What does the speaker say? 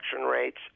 rates